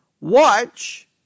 watch